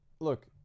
look